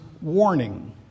warning